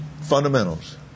Fundamentals